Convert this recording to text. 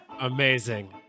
Amazing